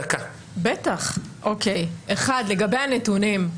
לגבי הנתונים.